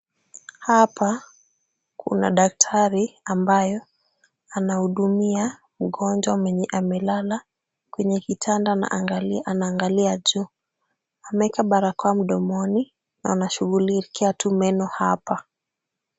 Hapa kuna daktari ambayo anamhudumia mgonjwa mwenye amelala kwenye kitanda na anaangalia juu. Ameeka barakoa mdomoni na anashughulikia tu meno hapa.